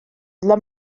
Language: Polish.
dla